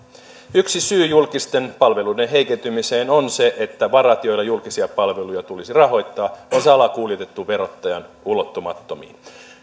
yksi syy julkisten palveluiden heikentymiseen on se että varat joilla julkisia palveluja tulisi rahoittaa on salakuljetettu verottajan ulottumattomiin